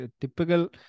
typical